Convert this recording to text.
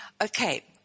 Okay